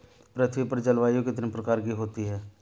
पृथ्वी पर जलवायु कितने प्रकार की होती है?